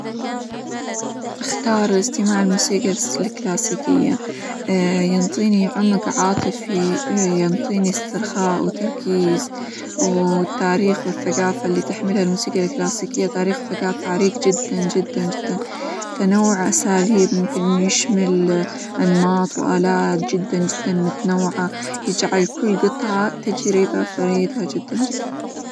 أختار لاستماع الموسيقي-الس- الكلاسيكية، ينطيني عمق عاطفي، ينطيني استرخاء، وتركيز، والتاريخ، والثقافة اللي تحملها الموسيقى الكلاسيكية تاريخ، وثقافة عريق جدًا جدًا جدًا، تنوع أساليب ممكن إنه يشمل أنماط، وآلات جدًا جدًا متنوعة، يجعل كل قطعة تجربة فريدة جدًا جدًا.